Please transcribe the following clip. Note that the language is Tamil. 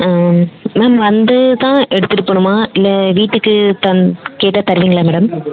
மேம் வந்து தான் எடுத்துகிட்டு போகணுமா இல்லை வீட்டுக்கு இப்போ கேட்டால் தருவிங்களா மேடம்